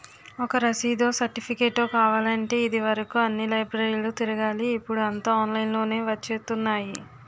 ఒక రసీదో, సెర్టిఫికేటో కావాలంటే ఇది వరుకు అన్ని లైబ్రరీలు తిరగాలి ఇప్పుడూ అంతా ఆన్లైన్ లోనే వచ్చేత్తున్నాయి